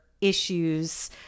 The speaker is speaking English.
issues